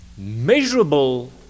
measurable